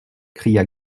cria